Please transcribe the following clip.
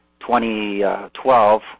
2012